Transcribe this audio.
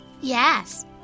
Yes